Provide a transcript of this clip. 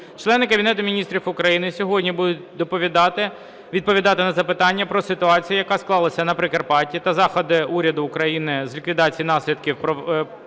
члени Кабінету Міністрів України сьогодні будуть доповідати, відповідати на запитання про ситуацію, яка склалася на Прикарпатті, та заходи Уряду України з ліквідації наслідків